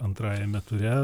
antrajame ture